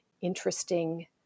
interesting